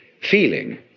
feeling